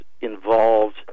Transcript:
involved